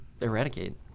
eradicate